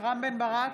רם בן ברק,